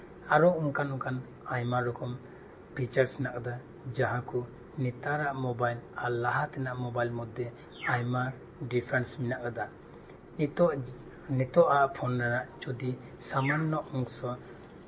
ᱟᱨ ᱚᱱᱠᱟᱱ ᱚᱱᱠᱟᱱ ᱟᱭᱢᱟ ᱨᱚᱠᱚᱢ ᱯᱷᱤᱪᱟᱨᱥ ᱢᱮᱱᱟᱜ ᱟᱠᱟᱫᱟ ᱡᱟᱦᱟᱸ ᱠᱚ ᱱᱮᱛᱟᱨᱟᱜ ᱢᱳᱵᱟᱭᱤᱞ ᱟᱨ ᱞᱟᱦᱟ ᱛᱮᱱᱟᱜ ᱢᱳᱵᱟᱭᱤᱞ ᱢᱚᱫᱽᱫᱷᱮ ᱟᱭᱢᱟ ᱰᱤᱯᱷᱟᱨᱮᱱᱥ ᱢᱮᱱᱟᱜ ᱟᱠᱟᱫᱟ ᱱᱤᱛᱚᱜ ᱟᱜ ᱯᱷᱳᱱ ᱨᱮᱭᱟᱜ ᱡᱩᱫᱤ ᱥᱟᱢᱟᱱᱱᱚ ᱚᱝᱥᱚ